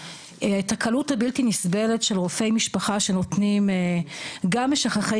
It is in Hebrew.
את הקלות הבלתי נסבלת של רופאי משפחה שנותנים גם משככי